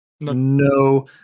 No